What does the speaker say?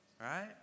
right